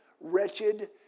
wretched